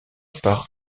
par